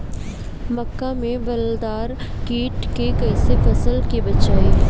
मक्का में बालदार कीट से कईसे फसल के बचाई?